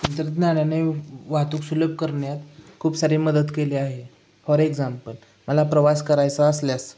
तंत्रज्ञानाने वाहतूक सुलभ करण्यात खूप सारी मदत केली आहे फॉर एक्झाम्पल मला प्रवास करायचा असल्यास